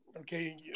Okay